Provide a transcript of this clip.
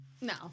No